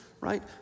right